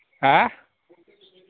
हा